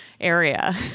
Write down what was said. area